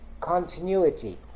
continuity